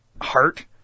heart